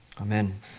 Amen